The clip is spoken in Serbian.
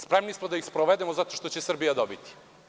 Spremni smo da ih sprovedemo zato što će Srbija dobiti.